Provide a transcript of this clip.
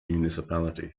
municipality